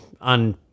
on